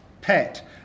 pet